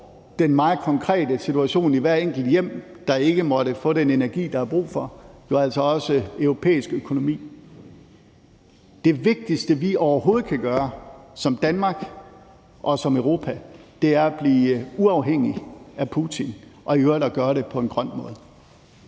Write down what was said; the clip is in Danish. den meget konkrete situation i hvert enkelt hjem, der ikke måtte få den energi, der er brug for – europæisk økonomi. Det vigtigste, vi overhovedet kan gøre i Danmark og i Europa, er at blive uafhængig af Putin og i øvrigt at gøre det på en grøn måde.